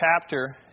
chapter